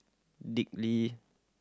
Dick Lee